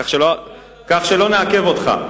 כך שלא נעכב אותך.